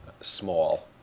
small